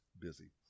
busy